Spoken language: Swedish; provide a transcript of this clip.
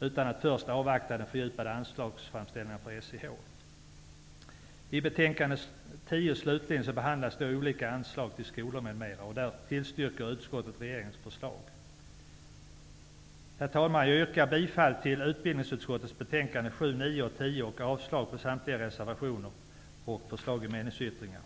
utan att först avvakta den fördjupade anslagsframställan från SIH. Herr talman! Jag yrkar bifall till hemställan i utbildningsutskottets betänkanden 7, 9 och 10 och avslag på samtliga reservationer och på förslag i meningsyttringarna.